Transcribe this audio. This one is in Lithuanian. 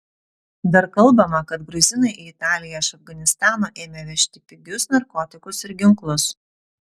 dar kalbama kad gruzinai į italiją iš afganistano ėmė vežti pigius narkotikus ir ginklus